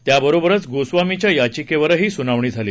त्याबरोबरच गोस्वामीच्या याचिकेवरही सुनावणी झाली